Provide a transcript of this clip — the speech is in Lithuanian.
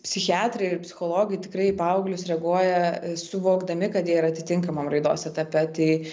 psichiatrai ir psichologai tikrai į paauglius reaguoja suvokdami kad jie yra atitinkamam raidos etape tai